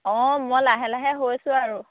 অঁ মই লাহে লাহে হৈছোঁ আৰু